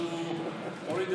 אז הוא הוריד את זה.